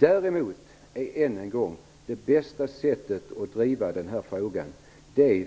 Jag har tidigare redovisat det bästa sättet att driva frågan på.